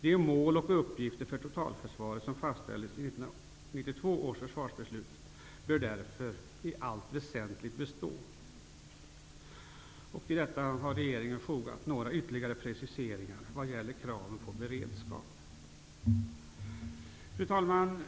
De mål och uppgifter för totalförsvaret som fastställdes i 1992 års försvarsbeslut bör därför i allt väsentligt bestå.'' Till detta har regeringen fogat några ytterligare preciseringar vad gäller kraven på beredskap. Fru talman!